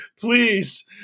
please